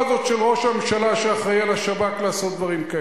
למה לך?